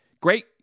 great